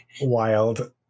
wild